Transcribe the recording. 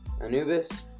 Anubis